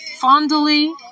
fondly